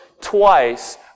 twice